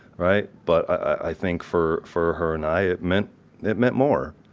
right? but i think for for her and i, it meant it meant more.